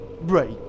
Right